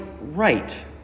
right